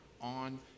on